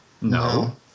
No